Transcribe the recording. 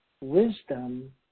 wisdom